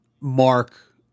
mark